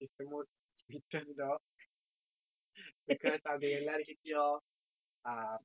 is the most sweetest dog because அது எல்லார்கிட்டயும்:athu ellarkittayum um